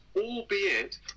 albeit